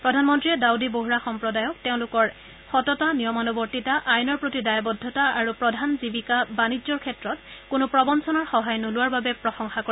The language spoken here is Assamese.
প্ৰধানমন্ত্ৰীয়ে ডাউদী বহৰা সম্প্ৰদায়ক তেওঁলোকৰ সততা নিয়মানুৱৰ্তিতা আইনৰ প্ৰতি দায়ৱদ্ধতা আৰু প্ৰধান জীৱিকা বাণিজ্যৰ ক্ষেত্ৰত কোনো প্ৰৰঞ্চনাৰ সহায় নোলোৱাৰ বাবে প্ৰশংসা কৰে